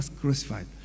crucified